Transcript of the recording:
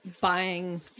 buying